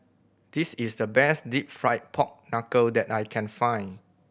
this is the best Deep Fried Pork Knuckle that I can find